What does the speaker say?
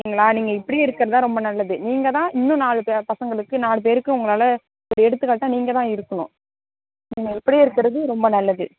சரிங்களா நீங்கள் இப்படியே இருக்கிறதுதான் ரொம்ப நல்லது நீங்கள்தான் இன்னும் நாலு ப பசங்களுக்கு நாலு பேருக்கு உங்களால் ஒரு எடுத்துக்காட்டாக நீங்கள்தான் இருக்கணும் நீங்கள் இப்படியே இருக்கிறது ரொம்ப நல்லது